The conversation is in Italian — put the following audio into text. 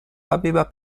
aveva